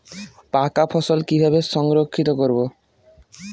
পাকা ফসল কিভাবে সংরক্ষিত করব?